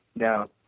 now,